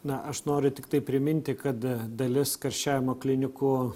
na aš noriu tiktai priminti kad dalis karščiavimo klinikų